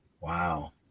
Wow